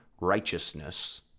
righteousness